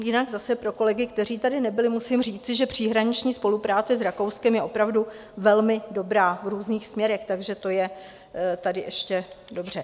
Jinak zase pro kolegy, kteří tady nebyli, musím říci, že přeshraniční spolupráce s Rakouskem je opravdu velmi dobrá v různých směrech, takže to je dobře.